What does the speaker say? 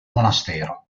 monastero